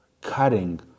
cutting